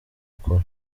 ikora